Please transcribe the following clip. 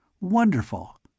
Wonderful